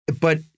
But-